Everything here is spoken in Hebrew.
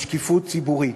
לשקיפות ציבורית.